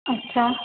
اچھا